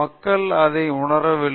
மக்கள் அதை உணரவில்லை